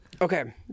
Okay